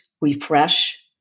refresh